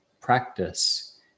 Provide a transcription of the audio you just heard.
practice